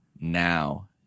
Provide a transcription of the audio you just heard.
now